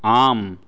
आम्